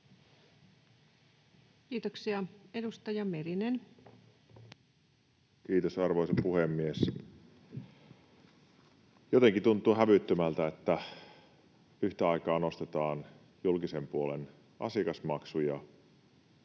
Time: 17:26 Content: Kiitos, arvoisa puhemies! Jotenkin tuntuu hävyttömältä, että yhtä aikaa nostetaan julkisen puolen asiakasmaksuja